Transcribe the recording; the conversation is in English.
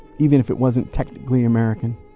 even if it wasn't technically american,